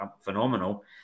phenomenal